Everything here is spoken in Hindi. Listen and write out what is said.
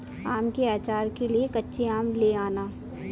आम के आचार के लिए कच्चे आम ले आना